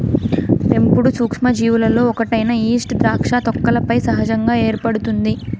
పెంపుడు సూక్ష్మజీవులలో ఒకటైన ఈస్ట్ ద్రాక్ష తొక్కలపై సహజంగా ఏర్పడుతుంది